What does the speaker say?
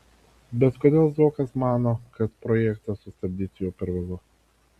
bet kodėl zuokas mano kad projektą sustabdyti jau per vėlu